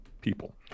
people